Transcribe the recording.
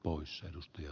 poissa ja